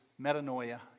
metanoia